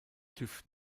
tüv